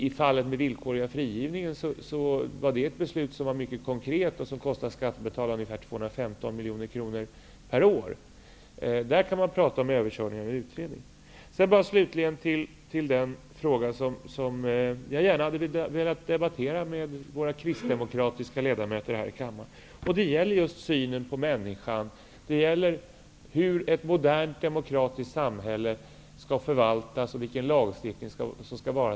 I fallet med den villkorliga frigivningen var beslutet mycket konkret och kostar skattebetalarna ca 215 miljoner kronor per år; där kan man tala om att köra över en utredning. Slutligen vill jag säga något om den fråga som jag gärna hade debatterat med de kristdemokratiska ledamöterna här i kammaren. Det gäller synen på människan och hur ett modernt demokratiskt samhälle skall förvaltas. Vilken lagstiftning skall man ha?